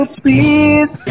please